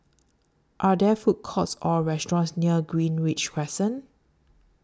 Are There Food Courts Or restaurants near Greenridge Crescent